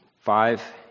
five